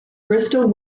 bristol